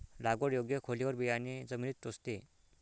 लागवड योग्य खोलीवर बियाणे जमिनीत टोचते